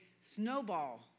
snowball